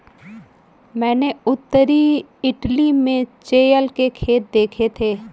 मैंने उत्तरी इटली में चेयल के खेत देखे थे